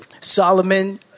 Solomon